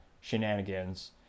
shenanigans